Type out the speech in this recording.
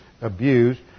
abused